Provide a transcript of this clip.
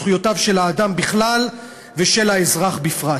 זכויותיו של האדם בכלל ושל האזרח בפרט.